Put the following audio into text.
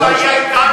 הוא היה אתנו?